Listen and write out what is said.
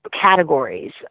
categories